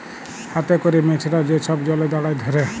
হাতে ক্যরে মেছরা যে ছব জলে দাঁড়ায় ধ্যরে